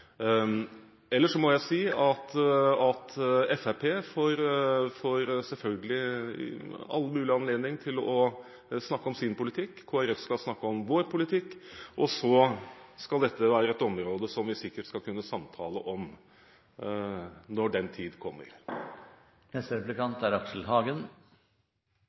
Ellers må jeg si at Fremskrittspartiet selvfølgelig får all mulig anledning til å snakke om sin politikk. Kristelig Folkeparti skal snakke om sin politikk, og så skal dette være et område som vi sikkert skal kunne samtale om når den tid kommer.